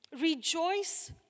Rejoice